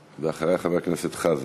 ואחריה, חבר הכנסת חזן.